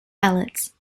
ballots